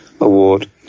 award